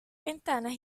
ventanas